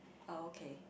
okay